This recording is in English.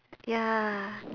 ya